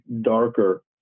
darker